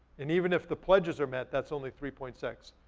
and even if the pledges are met, that's only three point six.